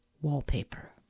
Wallpaper